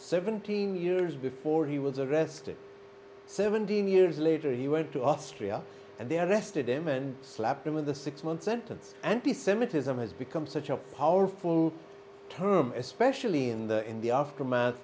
seventeen years before he was arrested seventeen years later he went to austria and they arrested him and slapped him with a six month sentence anti semitism has become such a powerful term especially in the in the aftermath